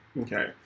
okay